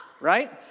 Right